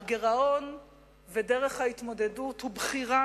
הגירעון ודרך ההתמודדות הם בחירה,